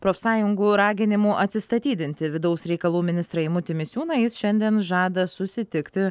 profsąjungų raginimų atsistatydinti vidaus reikalų ministrą eimutį misiūną jis šiandien žada susitikti